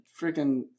freaking